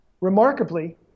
remarkably